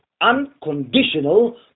unconditional